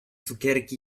cukierki